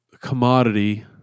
commodity